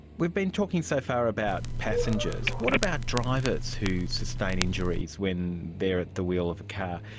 we've been talking so far about passengers. what about drivers who sustain injuries when they are at the wheel of a car?